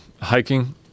hiking